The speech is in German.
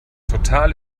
total